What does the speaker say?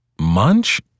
Munch